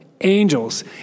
angels